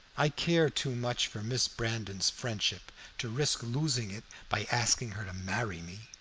i care too much for miss brandon's friendship to risk losing it by asking her to marry me.